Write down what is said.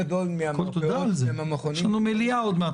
יש לנו מליאה עוד מעט,